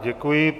Děkuji.